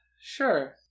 sure